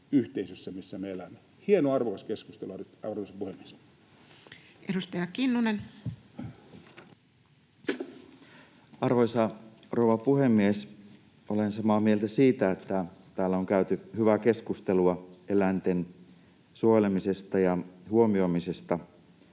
Hieno, arvokas keskustelu, arvoisa puhemies. Edustaja Kinnunen. Arvoisa rouva puhemies! Olen samaa mieltä siitä, että täällä on käyty hyvää keskustelua eläinten suojelemisesta ja huomioimisesta.